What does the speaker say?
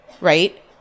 right